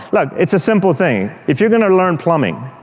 look, it's a simple thing. if you're going to learn plumbing,